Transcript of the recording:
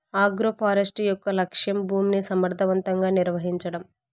agroforestry యొక్క లక్ష్యం భూమిని సమర్ధవంతంగా నిర్వహించడం